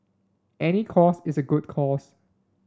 any cause is a good cause